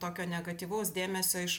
tokio negatyvaus dėmesio iš